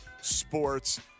Sports